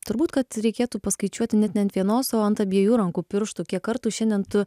turbūt kad reikėtų paskaičiuoti net ne ant vienos o ant abiejų rankų pirštų kiek kartų šiandien tu